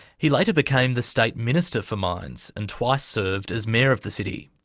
he later became the state minister for mines and twice served as mayor of the city.